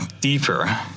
deeper